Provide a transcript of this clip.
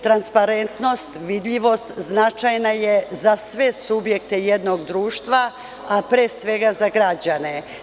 Transparentnost, vidljivost je značajna za sve subjekte jednog društva, a pre svega za građane.